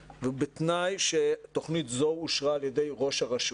ובתנאי שתוכנית זו אושרה על ידי ראש הרשות.